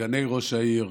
סגני ראש העיר,